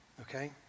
Okay